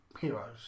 heroes